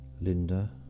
Linda